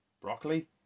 broccoli